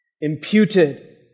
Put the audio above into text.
imputed